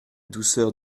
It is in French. douceur